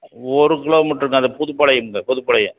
ஒரு கிலோமீட்டருங்க அது புதுபாளையம்ங்க புது பாளையம்